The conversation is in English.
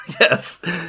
yes